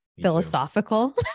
philosophical